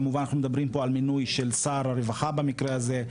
כמובן שאנחנו מדברים על מינוי של שר הרווחה במקרה הזה.